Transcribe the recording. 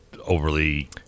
Overly